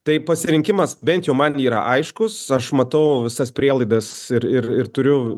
tai pasirinkimas bent jau man yra aiškus aš matau visas prielaidas ir ir ir turiu